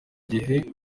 gihe